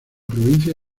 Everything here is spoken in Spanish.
provincia